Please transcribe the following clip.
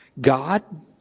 God